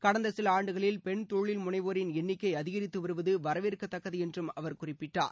கடந்த சில ஆண்டுகளில் பெண் தொழில் முனைவோரின் எண்ணிக்கை அதிகரித்து வருவது வரவேற்கத்தக்கது என்றும் அவர் குறிப்பிட்டார்